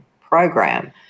program